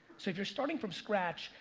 so if you're starting from scratch,